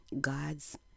God's